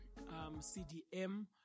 CDM